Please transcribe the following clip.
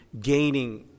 gaining